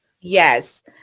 yes